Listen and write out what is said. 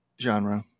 genre